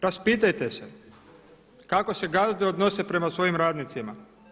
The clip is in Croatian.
Raspitajte se, kako se gazde odnose prema svojim radnicima.